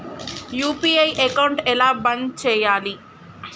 UPI account ఎలా బంద్ చేయాలి?